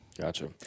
Gotcha